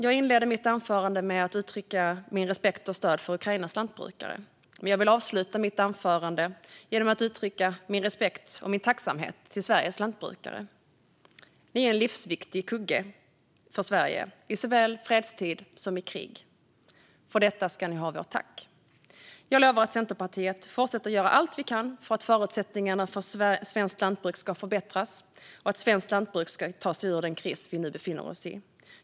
Jag inledde mitt anförande med att uttrycka min respekt och mitt stöd för Ukrainas lantbrukare. Jag vill avsluta mitt anförande genom att uttrycka min respekt för och tacksamhet mot Sveriges lantbrukare. Ni är en livsviktig kugge för Sverige såväl i fredstid som i krig. För detta ska ni ha vårt tack. Jag lovar att vi i Centerpartiet fortsätter att göra allt vi kan för att förutsättningarna för svenskt lantbruk ska förbättras och för att svenskt lantbruk ska ta sig ur den kris det nu befinner sig i.